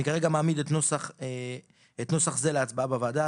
אני כרגע מעמיד את הנוסח הזה להצבעה בוועדה.